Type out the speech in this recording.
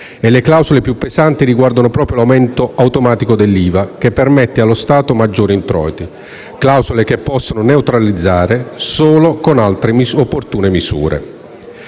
Le clausole più pesanti riguardano proprio l'aumento automatico dell'IVA per permettere allo Stato di avere maggiori introiti e possono essere neutralizzate solo con altre opportune misure.